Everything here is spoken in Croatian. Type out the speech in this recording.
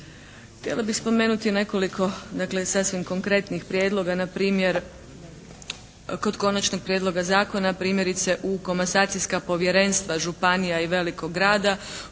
Htjela bih spomenuti nekoliko dakle sasvim konkretnih prijedloga na primjer kod konačnog prijedloga zakona primjerice u komasacijska povjerenstva županija i velikog grada